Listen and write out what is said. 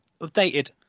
updated